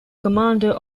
commander